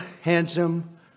handsome